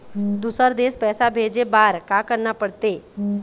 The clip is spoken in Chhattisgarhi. दुसर देश पैसा भेजे बार का करना पड़ते?